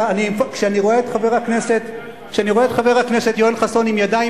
כשאני רואה את חבר הכנסת יואל חסון עם ידיים